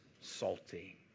salty